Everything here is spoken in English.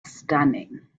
stunning